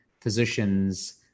physicians